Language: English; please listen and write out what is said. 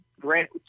Grant